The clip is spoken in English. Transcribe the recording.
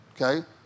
Okay